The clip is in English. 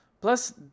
Plus